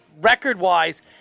record-wise